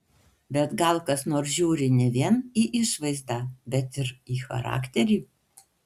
bet gal kas nors žiūri ne vien į išvaizdą bet ir į charakterį